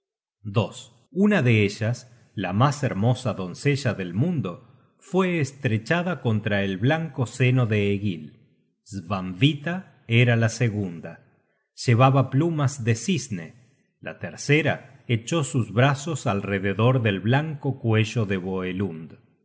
precioso una de ellas la mas hermosa doncella del mundo fue estrechada contra el blanco seno de egil svanhvita era la segunda llevaba plumas de cisne la tercera echó sus brazos alrededor del blanco cuello de